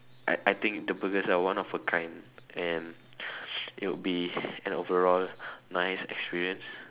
I I think the burgers are one of a kind and it would be an overall nice experience